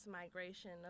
migration